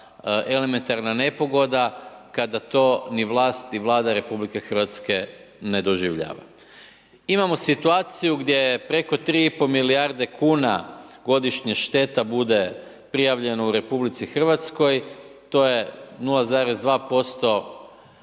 elementarna nepogoda, kada to ni vlast ni Vlada RH ne doživljava. Imamo situaciju gdje je preko 3,5 milijarde kuna godišnje šteta bude prijavljeno u RH, to je 0,2%